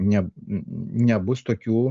ne nebus tokių